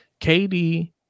KD